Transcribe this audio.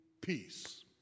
peace